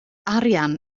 arian